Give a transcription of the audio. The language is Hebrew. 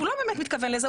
הוא לא באמת מתכוון לזה.